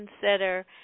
consider